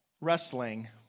wrestling